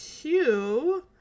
two